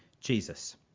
Jesus